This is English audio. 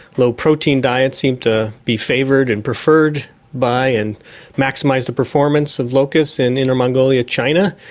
low-protein diets seem to be favoured and preferred by and maximise the performance of locusts in inner mongolia, china.